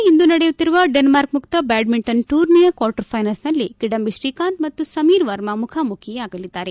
ಒಡೆನ್ಸ್ನಲ್ಲಿಂದು ನಡೆಯುತ್ತಿರುವ ಡೆನ್ಕಾರ್ಕ್ ಮುಕ್ತ ಬ್ಯಾಡ್ಮಿಂಟನ್ ಟೂರ್ನಿಯ ಕ್ವಾರ್ಟರ್ ಫೈನಲ್ಸ್ನಲ್ಲಿ ಕಿಡಂಬಿ ಶ್ರೀಕಾಂತ್ ಮತ್ತು ಸಮೀರ್ ವರ್ಮಾ ಮುಖಾಮುಖಿಯಾಗಲಿದ್ದಾರೆ